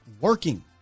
working